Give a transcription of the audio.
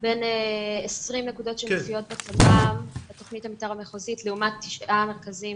בין 20 נקודות שמופיעות בתוכנית המתאר המחוזית לעומת תשעה מרכזים